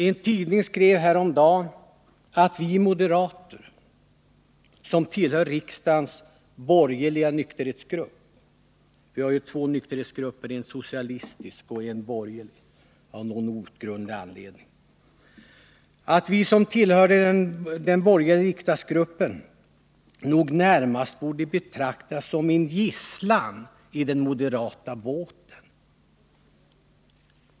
En tidning skrev häromdagen att vi moderater som tillhör riksdagens borgerliga nykterhetsgrupp — vi har ju av någon outgrundlig anledning två nykterhetsgrupper, en socialistisk och en borgerlig — nog närmast borde betraktas som en gisslan i den moderata båten.